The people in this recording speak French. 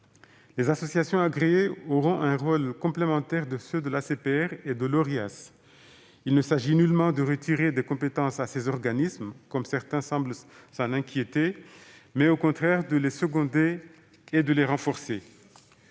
Les associations agréées auront un rôle complémentaire de ceux de l'ACPR et de l'Orias. Il ne s'agit nullement de retirer des compétences à ces organismes, comme certains semblent s'en inquiéter, mais au contraire de les seconder et de les renforcer.